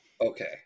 Okay